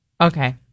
Okay